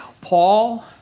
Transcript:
Paul